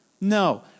No